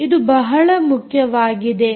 ಇದು ಬಹಳ ಮುಖ್ಯವಾಗಿದೆ